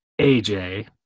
AJ